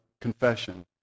confession